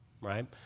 right